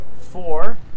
four